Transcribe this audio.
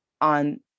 On